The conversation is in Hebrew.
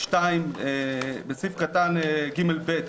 7 לחוק "בסעיף קטן (ג) - (ב)